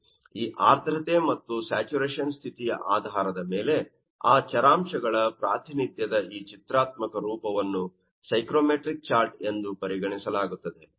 ಈ ಆರ್ದ್ರತೆ ಮತ್ತು ಸ್ಯಾಚುರೇಶನ್ ಸ್ಥಿತಿಯ ಆಧಾರದ ಮೇಲೆ ಆ ಚರಾಂಶಗಳ ಪ್ರಾತಿನಿಧ್ಯದ ಈ ಚಿತ್ರಾತ್ಮಕ ರೂಪವನ್ನು ಸೈಕ್ರೋಮೆಟ್ರಿಕ್ ಚಾರ್ಟ್ ಎಂದು ಪರಿಗಣಿಸಲಾಗುತ್ತದೆ